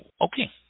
okay